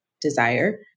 desire